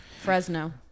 Fresno